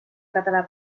català